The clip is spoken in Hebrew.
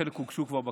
וחלק הוגשו כבר בכנסת,